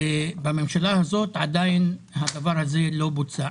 בממשלה הזאת הדבר הזה לא בוצע.